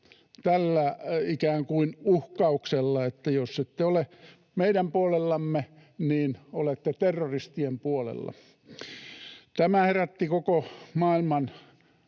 tällä ikään kuin uhkauksella, että jos ette ole meidän puolellamme, niin olette terroristien puolella. Tämä herätti koko maailman